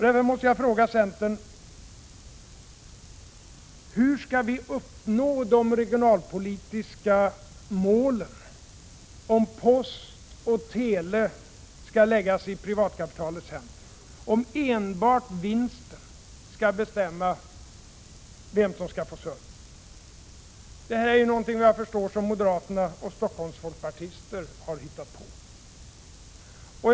Därför måste jag fråga centern: Hur skall vi uppnå de regionalpolitiska målen om post och tele skall läggas i privatkapitalets händer, om enbart vinsten skall bestämma vem som skall få service? Detta är, vad jag förstår, något som moderaterna och folkpartisterna i Stockholm har hittat på.